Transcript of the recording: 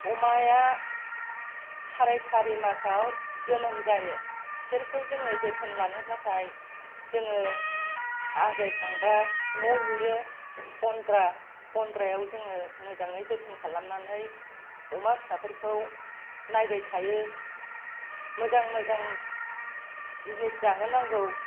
अमाया सारैसारे मासाव जोनोम जायो बिसोरखौ जोङो जोथोन लानो थाखाय जोङो आजायखांबा न' लुयो गन्द्रा गन्द्रायाव जोङो मोजाङै जोथोन खालामनानै अमा फिसाफोरखौ नायबाय थायो मोजां मोजां जिनिस जाहोनांगौ